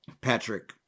Patrick